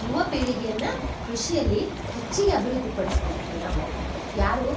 ಯುವ ಪೀಳಿಗೆಯನ್ನ ಕೃಷಿಯಲ್ಲಿ ಹೆಚ್ಚಿಗೆ ಅಭಿವೃದ್ಧಿ ಪಡಿಸ್ಬೇಕು ರೀ ನಾವು ಯಾರು